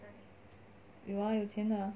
有啊有钱的啊